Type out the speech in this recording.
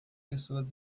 pessoas